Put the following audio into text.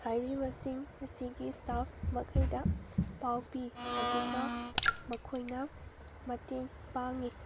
ꯍꯥꯏꯔꯤꯕꯁꯤꯡ ꯑꯁꯤꯒꯤ ꯏꯁꯇꯥꯐ ꯃꯈꯩꯗ ꯄꯥꯎ ꯄꯤ ꯑꯗꯨꯒ ꯃꯈꯣꯏꯅ ꯃꯇꯦꯡ ꯄꯥꯡꯉꯤ